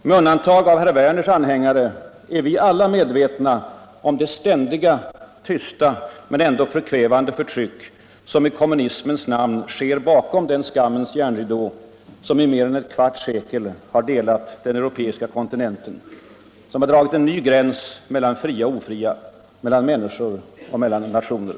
Med undantag av herr Werners i Tyresö anhängare är vi alla medvetna om det ständiga, tysta men ändå förkvävande förtryck som i kommunismens namn sker bakom den skammens järnridå som i mer än ett kvarts sekel har delat den europeiska kontinenten och dragit en ny gräns mellan fria och ofria, mellan människor och mellan nationer.